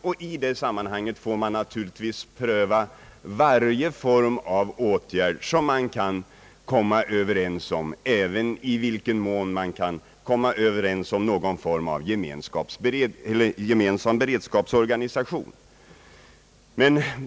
I det sammanhanget får man naturligtvis också pröva om man kan komma överens om någon form av gemensam beredskapsorganisation.